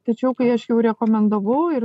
tačiau kai aš jau rekomendavau ir